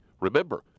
Remember